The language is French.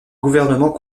gouvernement